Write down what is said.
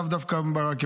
לאו דווקא ברכבת.